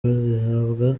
bihabwa